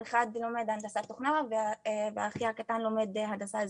אחד מהם לומר הנדסת תוכנה ואחי הקטן לומד הנדסה אזרחית.